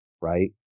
right